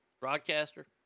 Broadcaster